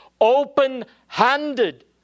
open-handed